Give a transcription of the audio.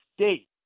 state